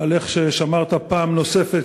על ששמרת פעם נוספת,